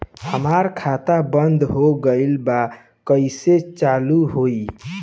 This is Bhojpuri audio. हमार खाता बंद हो गइल बा कइसे चालू होई?